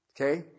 Okay